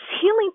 healing